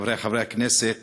חברי חברי הכנסת,